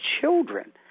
children